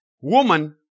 Woman